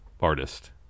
artist